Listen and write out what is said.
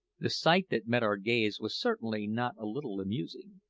the sight that met our gaze was certainly not a little amusing.